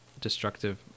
destructive